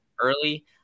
early